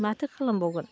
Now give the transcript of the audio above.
माथो खालामबावगोन